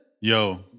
yo